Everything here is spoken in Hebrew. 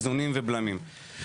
איזונים ובלמים.